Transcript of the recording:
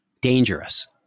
dangerous